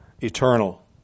eternal